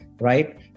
right